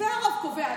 והרוב קובע.